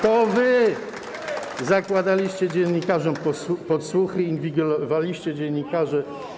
To wy zakładaliście dziennikarzom podsłuchy, inwigilowaliście dziennikarzy.